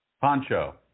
Poncho